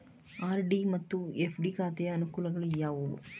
RD ಮತ್ತು FD ಖಾತೆಯ ಅನುಕೂಲಗಳು ಯಾವುವು?